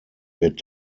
wird